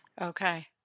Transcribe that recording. Okay